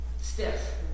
stiff